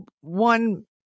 one